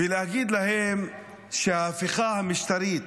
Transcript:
ולהגיד להם שההפיכה המשטרית,